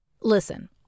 Listen